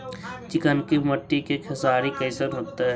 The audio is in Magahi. चिकनकी मट्टी मे खेसारी कैसन होतै?